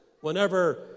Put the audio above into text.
whenever